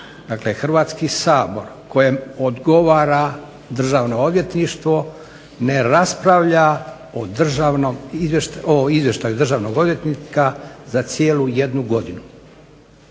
Hrvatski sabor kojem odgovara državno odvjetništvo, ne raspravlja o Izvještaju državnog odvjetnika za cijelu jednu godinu,